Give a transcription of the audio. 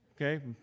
Okay